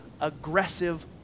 aggressive